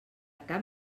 cap